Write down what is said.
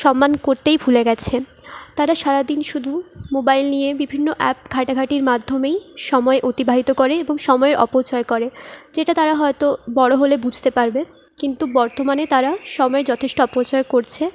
সম্মান করতেই ভুলে গেছে তারা সারাদিন শুধু মোবাইল নিয়ে বিভিন্ন অ্যাপ ঘাঁটাঘাঁটির মাধ্যমেই সময় অতিবাহিত করে এবং সময়ের অপচয় করে যেটা তারা হয়তো বড়ো হলে বুঝতে পারবে কিন্তু বর্তমানে তারা সময়ের যথেষ্ট অপচয় করছে